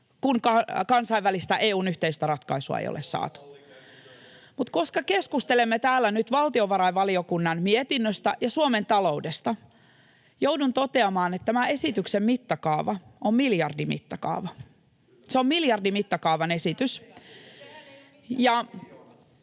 kun kansainvälistä EU:n yhteistä ratkaisua ei ole saatu. [Vilhelm Junnilan välihuuto] Mutta koska keskustelemme täällä nyt valtiovarainvaliokunnan mietinnöstä ja Suomen taloudesta, joudun toteamaan, että tämä esityksen mittakaava on miljardimittakaava. Se on miljardimittakaavan esitys.